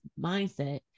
mindset